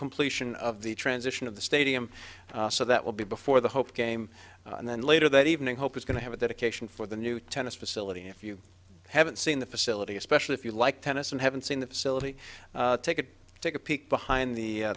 completion of the transition of the stadium so that will be before the hope game and then later that evening hope is going to have a dedication for the new tennis facility if you haven't seen the facility especially if you like tennis and haven't seen the facility take it take a peek behind